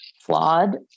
flawed